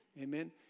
Amen